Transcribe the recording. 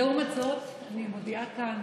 לעומת זאת, אני מודיעה כאן